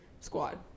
squad